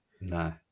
No